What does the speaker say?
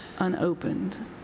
unopened